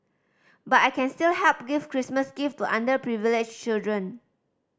but I can still help give Christmas gift to underprivileged children